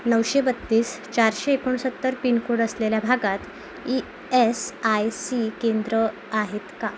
नऊशे बत्तीस चारशे एकोणसत्तर पिनकोड असलेल्या भागात ई एस आय सी केंद्र आहेत का